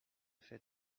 fait